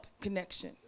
connection